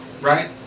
right